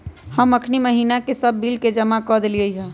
हम अखनी महिना के सभ बिल के जमा कऽ देलियइ ह